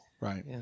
Right